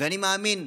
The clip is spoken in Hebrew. מה יצא במח"ש?